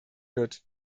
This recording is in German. wird